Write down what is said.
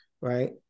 right